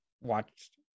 watched